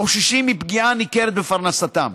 החוששים מפגיעה ניכרת בפרנסתם.